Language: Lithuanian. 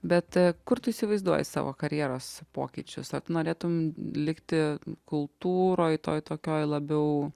bet kur tu įsivaizduoji savo karjeros pokyčius ar tu norėtum likti kultūroj toj tokioj labiau